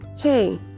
Hey